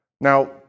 Now